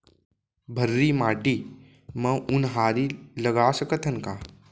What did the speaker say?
भर्री माटी म उनहारी लगा सकथन का?